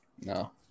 No